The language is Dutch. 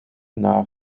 naar